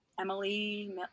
Emily